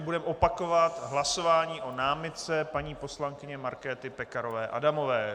Budeme opakovat hlasování o námitce paní poslankyně Markéty Pekarové Adamové.